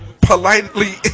politely